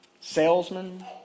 salesmen